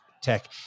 tech